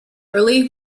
early